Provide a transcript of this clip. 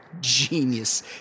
genius